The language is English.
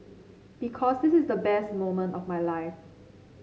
because this is the best moment of my life